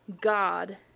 God